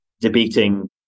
debating